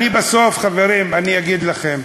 בסוף, חברים, אני אגיד לכם,